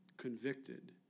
convicted